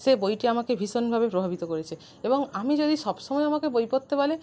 সে বইটি আমাকে ভীষণভাবে প্রভাবিত করেছে এবং আমি যদি সবসময় আমাকে বই পড়তে বলে